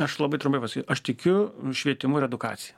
aš labai trumpai pasakysiu aš tikiu švietimu ir edukacija